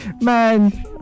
Man